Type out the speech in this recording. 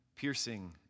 piercing